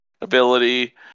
ability